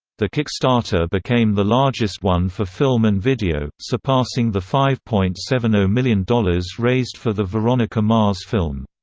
the kickstarter became the largest one for film and video, surpassing the five point seven zero million dollars raised for the veronica mars film.